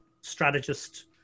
strategist